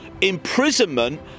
imprisonment